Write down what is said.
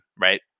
Right